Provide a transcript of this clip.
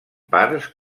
parts